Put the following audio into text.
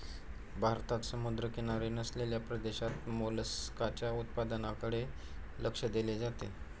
भारतात समुद्रकिनारी नसलेल्या प्रदेशात मोलस्काच्या उत्पादनाकडे लक्ष दिले जाते